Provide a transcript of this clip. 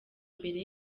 mbere